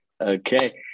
okay